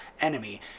enemy